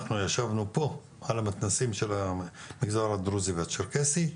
אנחנו ישבנו פה על המתנ"סים של המגזר הדרוזי והצ'רקסי,